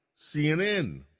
CNN